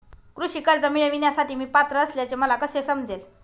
कृषी कर्ज मिळविण्यासाठी मी पात्र असल्याचे मला कसे समजेल?